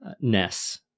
ness